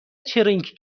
چرینگ